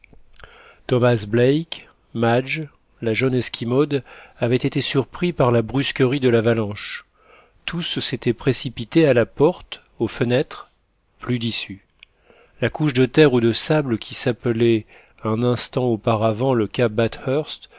thomas black madge la jeune esquimaude avaient été surpris par la brusquerie de l'avalanche tous s'étaient précipités à la porte aux fenêtres plus d'issue la couche de terre ou de sable qui s'appelait un instant auparavant le cap